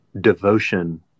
devotion